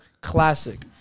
classic